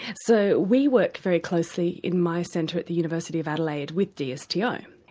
so we work very closely in my centre at the university of adelaide with the so yeah ah and